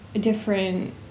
different